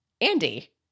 Andy